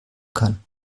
kann